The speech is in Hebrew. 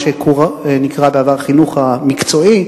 מה שנקרא בעבר החינוך המקצועי,